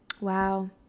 Wow